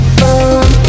boom